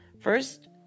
First